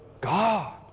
God